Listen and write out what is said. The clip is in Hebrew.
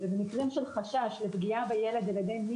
ובמקרים של חשש לפגיעה בילד על ידי אחד